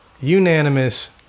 unanimous